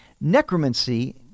Necromancy